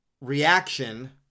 reaction